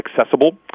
accessible